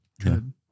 Good